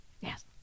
Yes